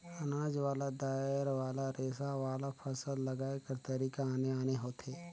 अनाज वाला, दायर वाला, रेसा वाला, फसल लगाए कर तरीका आने आने होथे